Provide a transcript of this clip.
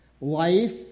Life